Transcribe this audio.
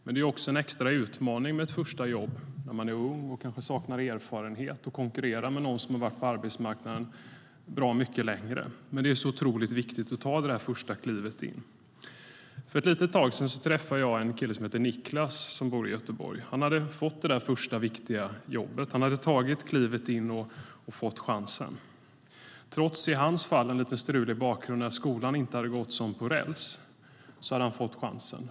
Det är en extra utmaning med ett första jobb, när man är ung och kanske saknar erfarenhet, att konkurrera med någon som varit på arbetsmarknaden bra mycket längre, men det är så otroligt viktigt att ta det där första klivet in. För ett litet tag sedan träffade jag en kille som heter Niklas och bor i Göteborg. Han hade fått det där första viktiga jobbet. Han hade tagit klivet in och fått chansen. Trots en lite strulig bakgrund där skolan inte hade gått som på räls hade han fått chansen.